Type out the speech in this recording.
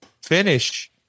finish